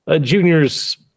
Junior's